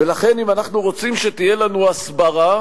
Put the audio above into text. ולכן, אם אנחנו רוצים שתהיה לנו הסברה,